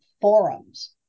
forums